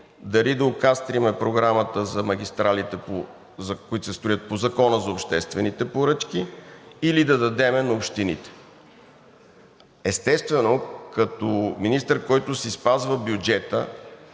дали да окастрим програмата за магистрали, които се строят по Закона за обществените поръчки, или да дадем на общините. Естествено, като министър, който си спазва бюджета,